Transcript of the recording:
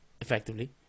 effectively